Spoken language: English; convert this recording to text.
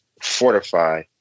fortify